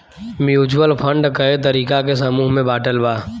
mutual fund कए तरीका के समूह में बाटल बा